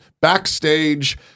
backstage